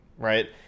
right